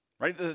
Right